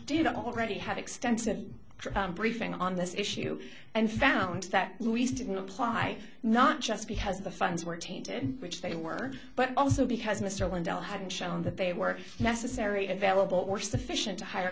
did already have extensive briefing on this issue and found that luis didn't apply not just because the funds were tainted which they were but also because mr windle hadn't shown that they were necessary in valid but were sufficient to hire